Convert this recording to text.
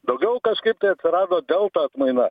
daugiau kažkaip tai atsirado delta atmaina